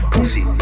Pussy